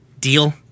Deal